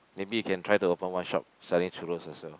maybe you can try to open one shop selling churros as well